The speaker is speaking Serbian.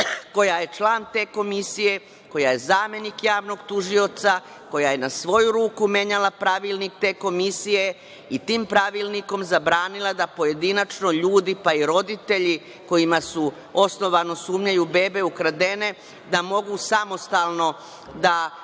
koja je član te komisije, koja je zamenik javnog tužioca, koja je na svoju ruku menjala pravilnik te komisije i tim pravilnikom zabranila da pojedinačno ljudi, pa i roditelji kojima su osnovano sumnjaju bebe ukradene, da mogu samostalno da